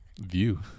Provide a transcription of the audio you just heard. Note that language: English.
view